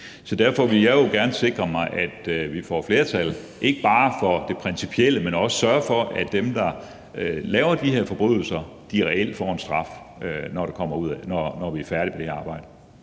så derfor vil jeg jo gerne sikre mig, at vi får flertal ikke bare for det principielle, men at vi også sørger for, at dem, der laver de her forbrydelser, reelt får en straf, når vi er færdige med det her arbejde.